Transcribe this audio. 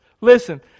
listen